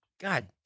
God